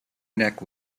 neck